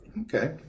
Okay